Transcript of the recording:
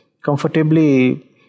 comfortably